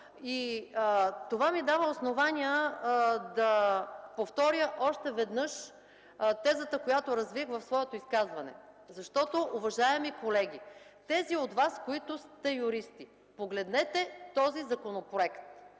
Това ми дава основание да повторя още веднъж тезата, която развих в своето изказване. Защото, уважаеми колеги, тези от Вас, които са юристи, погледнете този законопроект